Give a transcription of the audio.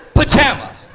Pajama